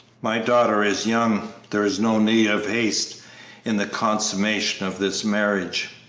my daughter is young there is no need of haste in the consummation of this marriage.